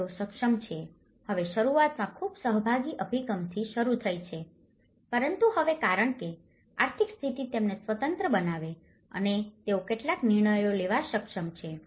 તેથી તેઓ સક્ષમ છે હવે શરૂઆતમાં ખૂબ સહભાગી અભિગમથી શરૂ થઈ છે પરંતુ હવે કારણ કે આર્થિક સ્થિતિ તેમને સ્વતંત્ર બનાવે છે અને તેઓ કેટલાક નિર્ણયો લેવા સક્ષમ છે